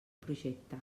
projecte